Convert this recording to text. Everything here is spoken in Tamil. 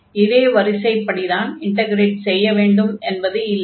இதே வரிசைப்படிதான் இன்டக்ரேட் செய்ய வேண்டும் என்பது இல்லை